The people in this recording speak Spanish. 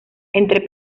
entre